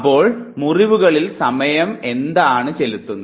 അപ്പോൾ മുറിവുകളിൽ സമയം എന്താണ് ചെലുത്തുന്നത്